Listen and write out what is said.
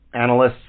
analysts